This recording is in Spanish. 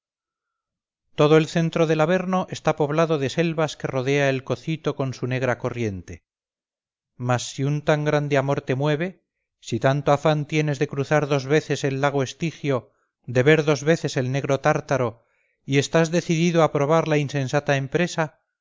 todo el centro del averno está poblado de selvas que rodea el cocito con su negra corriente mas si un tan grande amor te mueve si tanto afán tienes de cruzar dos veces el lago estigio de ver dos veces el negro tártaro y estás decidido a probar la insensata empresa